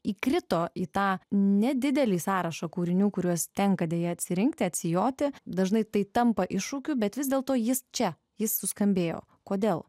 įkrito į tą nedidelį sąrašą kūrinių kuriuos tenka deja atsirinkti atsijoti dažnai tai tampa iššūkiu bet vis dėlto jis čia jis suskambėjo kodėl